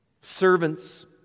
Servants